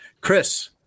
Chris